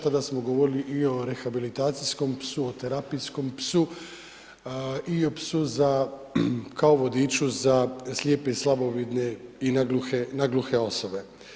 Tada smo govorili i o rehabilitacijskom psu, o terapijskom psu i o psu za kao vodiču za slijepe i slabovidne i nagluhe osobe.